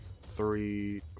three